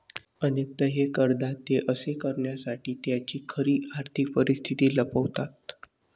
अनेकदा हे करदाते असे करण्यासाठी त्यांची खरी आर्थिक परिस्थिती लपवतात